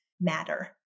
matter